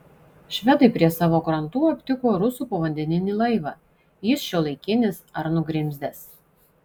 švedai prie savo krantų aptiko rusų povandeninį laivą jis šiuolaikinis ar nugrimzdęs